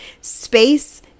space